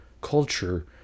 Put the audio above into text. culture